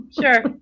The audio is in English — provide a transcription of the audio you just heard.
Sure